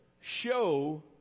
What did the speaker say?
show